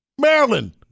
Maryland